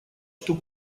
что